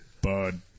Bud